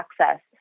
access